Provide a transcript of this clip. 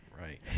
right